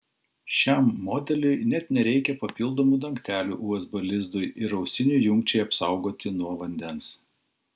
šiam modeliui net nereikia papildomų dangtelių usb lizdui ir ausinių jungčiai apsaugoti nuo vandens